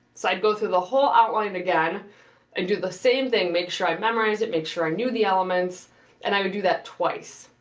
so i'd go through the whole outline again and do the same thing. make sure i memorize it, make sure i knew the elements and i would do that twice.